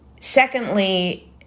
Secondly